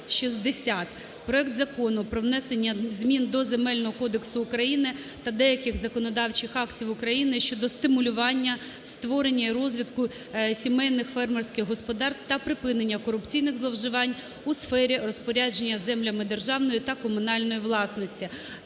7060. Проект Закону про внесення змін до Земельного кодексу України та деяких законодавчих актів України щодо стимулювання створення і розвитку сімейних фермерських господарств та припинення корупційних зловживань у сфері розпорядження землями державної та комунальної власності.